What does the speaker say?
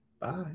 Bye